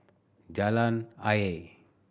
Jalan Ayer